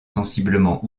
sensiblement